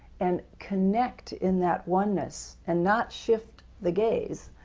and connect in that oneness and not shift the gaze,